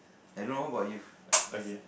I don't know how about you there's